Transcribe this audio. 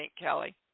Kelly